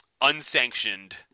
unsanctioned